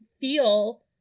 feel